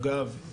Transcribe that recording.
אגב,